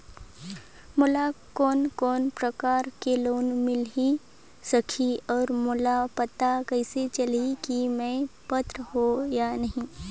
मोला कोन कोन प्रकार के लोन मिल सकही और मोला पता कइसे चलही की मैं पात्र हों या नहीं?